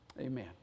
amen